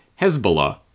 Hezbollah